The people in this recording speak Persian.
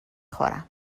خورم